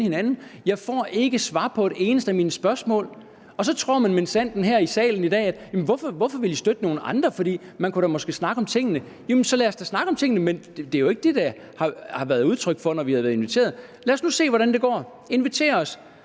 Jeg får ikke svar på et eneste af mine spørgsmål. Så tror man minsandten her i salen i dag, at det er relevant at spørge: Hvorfor vil I støtte nogle andre, for man kunne da måske snakke om tingene? Jamen så lad os da snakke om tingene. Men det er jo ikke det, der har været udtrykt, når vi har været inviteret. Lad os nu se, hvordan det går. Man kan